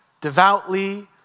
devoutly